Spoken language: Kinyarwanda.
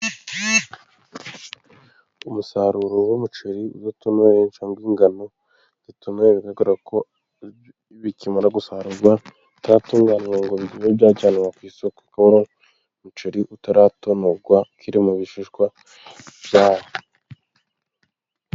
Umusaruro w'umuceri udatonoye, cyangwa ingano zidatonoye, bigaragara ko bikimara gusarurwa, bitaratunganwa ngo bibe byajyanwa ku isoko, kuko umuceri utaratonorwa ukiri mu bishishwa byawo.